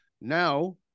Now